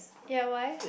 ya why